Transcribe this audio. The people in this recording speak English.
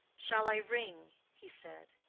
shall i ring? he said,